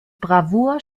bravour